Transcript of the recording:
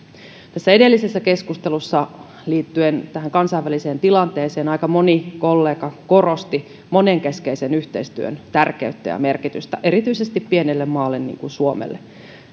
edellisessä keskustelussa liittyen kansainväliseen tilanteeseen aika moni kollega korosti monenkeskisen yhteistyön tärkeyttä ja merkitystä erityisesti pienelle maalle niin kuin suomelle